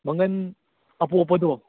ꯃꯪꯒꯟ ꯑꯄꯣꯞꯄꯗꯣ